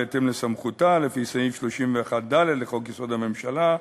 בהתאם לסמכותה לפי סעיף 31(ד) לחוק-יסוד: הממשלה,